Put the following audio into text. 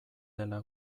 dela